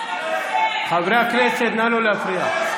חברי הכנסת, נא לא להפריע.